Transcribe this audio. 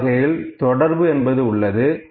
முதல் வகையில் தொடர்பு என்பது உள்ளது